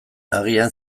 agian